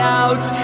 out